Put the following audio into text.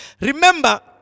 Remember